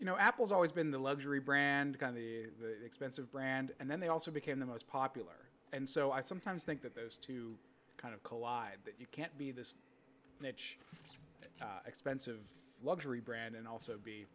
you know apple's always been the luxury brand on the expensive brand and then they also became the most popular and so i sometimes think that those two kind of collide that you can't be this niche expensive luxury brand and also be